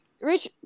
Rich